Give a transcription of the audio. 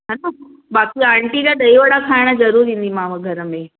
है न बाक़ी आंटी जा ॾही वडा खाइणु ज़रूरु ईंदीमांव घर में